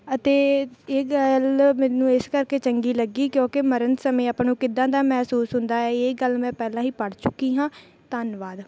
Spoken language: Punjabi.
ਅਤੇ ਇਹ ਗੱਲ ਮੈਨੂੰ ਇਸ ਕਰਕੇ ਚੰਗੀ ਲੱਗੀ ਕਿਉਂਕਿ ਮਰਨ ਸਮੇਂ ਆਪਾਂ ਨੂੰ ਕਿੱਦਾਂ ਦਾ ਮਹਿਸੂਸ ਹੁੰਦਾ ਇਹ ਗੱਲ ਮੈਂ ਪਹਿਲਾਂ ਹੀ ਪੜ੍ਹ ਚੁੱਕੀ ਹਾਂ ਧੰਨਵਾਦ